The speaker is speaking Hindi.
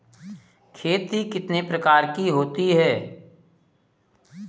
खेती कितने प्रकार की होती है?